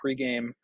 pregame